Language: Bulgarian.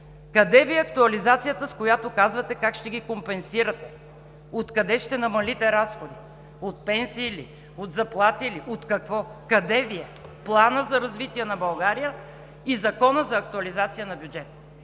къде Ви е актуализацията, с която казвате как ще ги компенсирате, откъде ще намалите разходите – от пенсии ли, от заплати ли, от какво? Къде Ви е планът за развитие на България и Закона за актуализация на бюджета?